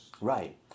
Right